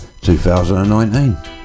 2019